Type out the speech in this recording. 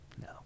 No